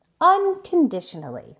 unconditionally